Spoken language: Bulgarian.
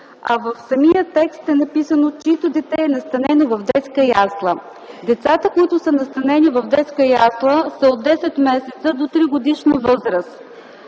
В самия текст е написано „чието дете е настанено в детска ясла”. Децата, които са настанени в детска ясла са от десет месеца до 3-годишна възраст.